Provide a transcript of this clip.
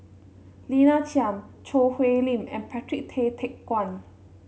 Lina Chiam Choo Hwee Lim and Patrick Tay Teck Guan